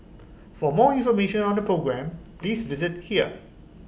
for more information on the programme please visit here